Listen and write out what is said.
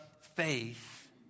faith